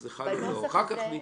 זה מה שכתוב כאן.